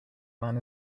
man